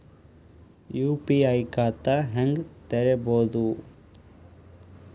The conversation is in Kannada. ಯು.ಪಿ.ಐ ಖಾತಾ ಹೆಂಗ್ ತೆರೇಬೋದು?